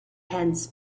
hands